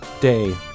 day